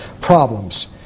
problems